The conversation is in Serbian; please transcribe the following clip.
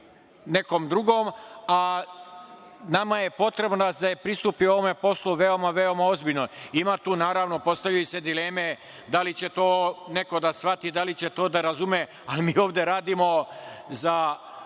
nekom drugom, a nama je potrebno da se pristupi ovom poslu veoma, veoma ozbiljno. Postavljaju se dileme da li će to neko da shvati, da li će to da razume, ali mi ovde radimo za